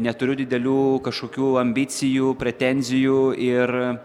neturiu didelių kažkokių ambicijų pretenzijų ir